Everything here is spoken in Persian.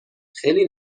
خیلی